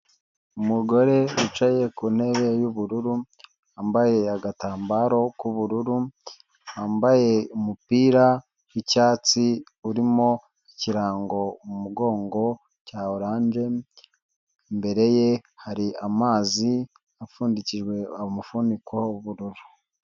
Umugore wicaye ku ntebe y'ubururu, yambaye agatambaro k'ubururu, wambaye umupira w'icyatsi urimo ikirango mu mugongo cya orange imbere ye hari amazi apfundikijwe amufuniko w'ubururu.